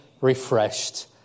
refreshed